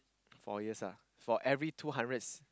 four years ah for every two hundreds